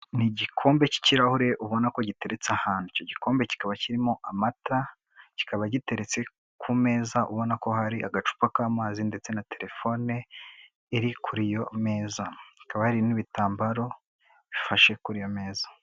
Ni igikombe cy'ikirahure ubona ko giteretse ahantu. Icyo gikombe kikaba kirimo amata, kikaba giteretse ku meza ubona ko hari agacupa k'amazi ndetse na telefone iri kuri iyo meza, hakaba hari n'ibitambaro bifashe kuri iyo meza.